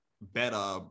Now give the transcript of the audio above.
better